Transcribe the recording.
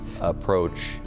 approach